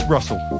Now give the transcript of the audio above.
Russell